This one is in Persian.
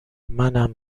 منم